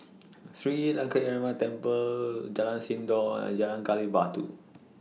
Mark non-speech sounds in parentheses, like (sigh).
(noise) Sri Lankaramaya Temple Jalan Sindor and Jalan Gali Batu